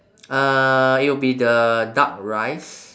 uh it'll be the duck rice